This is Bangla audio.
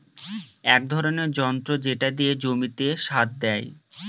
এক ধরনের যন্ত্র যেটা দিয়ে জমিতে সার দেয়